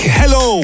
hello